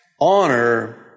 Honor